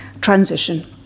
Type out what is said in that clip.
transition